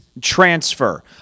transfer